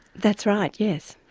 that's right, yes.